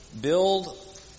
build